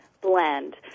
blend